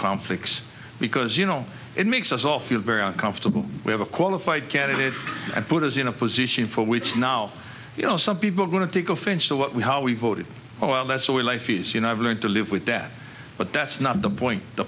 conflicts because you know it makes us all feel very comfortable we have a qualified candidate and put us in a position for which now you know some people are going to take offense to what we how we voted oh well that's the way life is you know i've learnt to live with that but that's not the point the